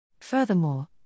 Furthermore